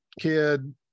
kid